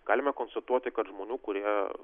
galime konstatuoti kad žmonių kurie